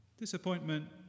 Disappointment